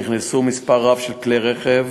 נכנסו מספר רב של כלי רכב